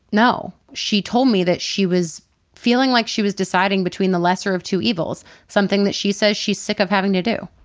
no. she told me that she was feeling like she was deciding between the lesser of two evils, something that she says she's sick of having to do.